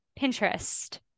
Pinterest